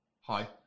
Hi